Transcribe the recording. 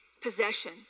possession